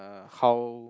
uh how